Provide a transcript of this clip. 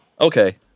Okay